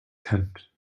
tent